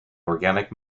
organic